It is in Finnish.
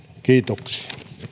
kiitoksia